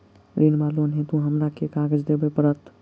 ऋण वा लोन हेतु हमरा केँ कागज देबै पड़त?